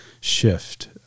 shift